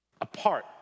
Apart